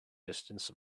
distance